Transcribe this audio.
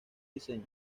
diseño